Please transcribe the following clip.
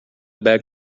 back